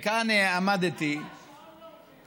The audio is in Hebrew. וכאן עמדתי, נאוה, השעון לא עובד.